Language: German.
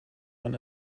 man